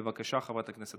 בבקשה, חברת הכנסת